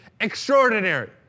extraordinary